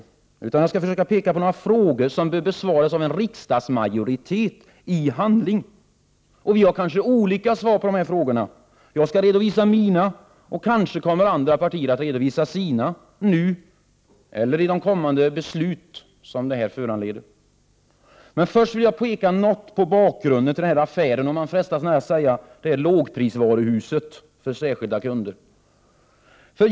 Jag skall i stället försöka peka på några frågor som bör besvaras av en riksdagsmajoritet i handling. Vi kanske har olika svar på dessa frågor. Jag skall redovisa mina svar, kanske kommer andra partier att redovisa sina svar, nu eller vid kommande beslut som detta föranleder. Först vill jag något peka på bakgrunden till denna affär. Man frestas nästan säga lågprisvaruhuset för särskilda kunder.